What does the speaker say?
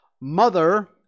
Mother